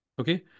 Okay